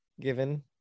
given